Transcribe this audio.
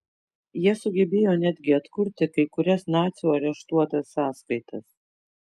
jie sugebėjo netgi atkurti kai kurias nacių areštuotas sąskaitas